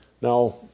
Now